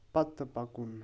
پتہٕ پکُن